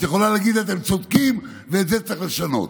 את יכולה להגיד: אתם צודקים, ואת זה צריך לשנות,